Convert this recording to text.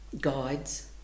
guides